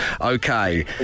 Okay